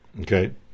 Okay